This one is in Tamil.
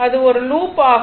அது ஒரு லூப் ஆகும்